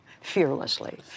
fearlessly